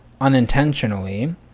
unintentionally